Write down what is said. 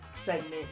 segment